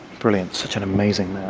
brilliant. such an amazing map.